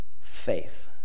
Faith